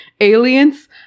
Aliens